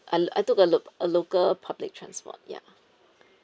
I I took a lo~ a local public transport ya